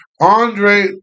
Andre